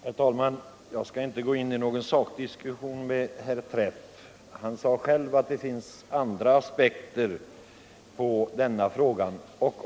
Herr talman! Jag skall inte gå in I någon sakdiskussion med herr Träff, som själv sade att det finns andra aspekter på denna fråga.